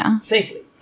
safely